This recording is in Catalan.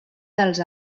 dels